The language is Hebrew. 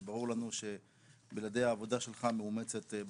זה ברור לנו שבלעדי העבודה המאומצת שלך